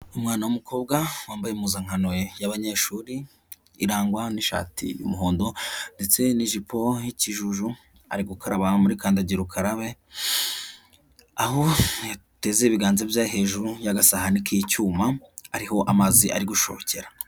Umwana w'umukobwa, wambaye impuzankano y'abanyeshuri irangwa n'ishati y'umuhondo ndetse n'ijipo y'ikijuruju, ari gukaraba muri kandagira ukarabe aho yateze ibiganza bye hejuru y'agasahani k'icyuma, ariho amazi ari gushokera.